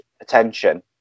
attention